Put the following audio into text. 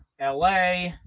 LA